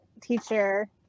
teacher